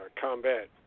Combat